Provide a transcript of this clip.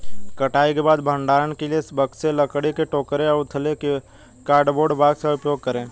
कटाई के बाद भंडारण के लिए बक्से, लकड़ी के टोकरे या उथले कार्डबोर्ड बॉक्स का उपयोग करे